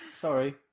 sorry